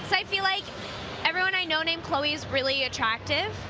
so i feel like everyone i know named cloay is really attractive.